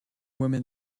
women